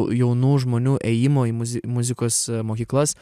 jau jaunų žmonių ėjimo į mu muzikos mokyklas